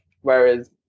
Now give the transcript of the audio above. Whereas